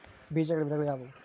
ಬೇಜಗಳ ವಿಧಗಳು ಯಾವುವು?